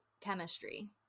chemistry